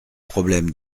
problèmes